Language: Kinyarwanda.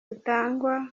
zitangwa